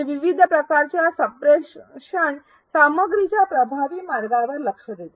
हे विविध प्रकारच्या संप्रेषण सामग्रीच्या प्रभावी मार्गांवर लक्ष देते